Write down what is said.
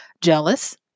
jealous